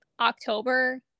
October